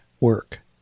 work